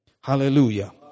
Hallelujah